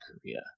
Korea